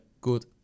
good